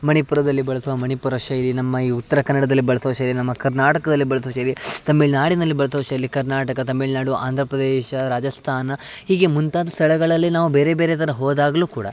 ಮಣಿಪುರದಲ್ಲಿ ಬಳಸುವ ಮಣಿಪುರ ಶೈಲಿ ನಮ್ಮ ಈ ಉತ್ತರ ಕನ್ನಡದಲ್ಲಿ ಬಳಸುವ ಶೈಲಿ ನಮ್ಮ ಕರ್ನಾಟಕದಲ್ಲಿ ಬಳಸುವ ಶೈಲಿ ತಮಿಳ್ನಾಡಿನಲ್ಲಿ ಬಳಸುವ ಶೈಲಿ ಕರ್ನಾಟಕ ತಮಿಳ್ನಾಡು ಆಂಧ್ರ ಪ್ರದೇಶ ರಾಜಸ್ಥಾನ್ ಹೀಗೆ ಮುಂತಾದ ಸ್ಥಳಗಳಲ್ಲಿ ನಾವು ಬೇರೆ ಬೇರೆ ಥರ ಹೋದಾಗಲೂ ಕೂಡ